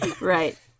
Right